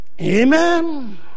Amen